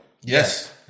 Yes